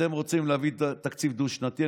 אתם רוצים להביא תקציב דו-שנתי,